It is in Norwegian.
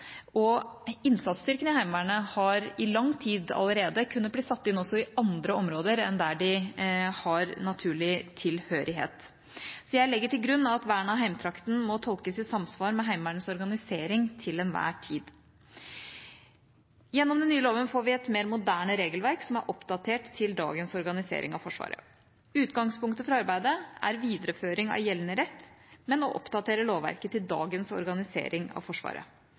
og innsatsstyrkene i Heimevernet har i lang tid allerede kunnet bli satt inn også i andre områder enn der de har naturlig tilhørighet. Så jeg legger til grunn at «vernet av heimtrakten» må tolkes i samsvar med Heimevernets organisering til enhver tid. Gjennom den nye loven får vi et mer moderne regelverk, som er oppdatert til dagens organisering av Forsvaret. Utgangspunktet for arbeidet er videreføring av gjeldende rett, men å oppdatere lovverket til dagens organisering av Forsvaret.